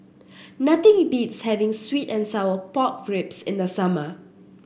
nothing beats having sweet and Sour Pork Ribs in the summer